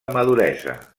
maduresa